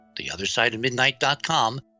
theothersideofmidnight.com